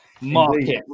market